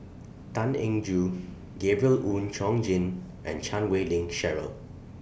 Tan Eng Joo Gabriel Oon Chong Jin and Chan Wei Ling Cheryl